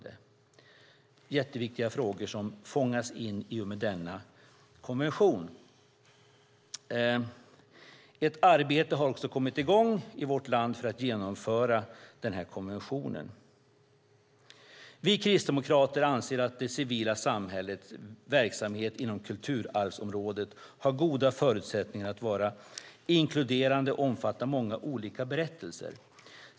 Det är jätteviktiga frågor som fångas in i och med denna konvention. Ett arbete har kommit i gång i vårt land för att genomföra konventionen. Vi kristdemokrater anser att det civila samhällets verksamhet inom kulturarvsområdet har goda förutsättningar att vara inkluderande och omfatta många olika berättelser.